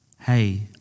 Hey